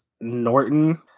Norton